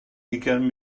ugain